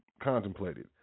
contemplated